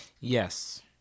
Yes